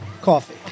Coffee